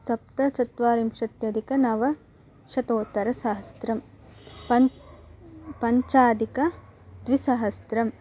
सप्तचत्वारिंशत्यधिकनवशतोत्तरसहस्त्रं पञ्च पञ्चाधिकद्विसहस्त्रं